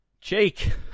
Jake